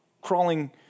crawling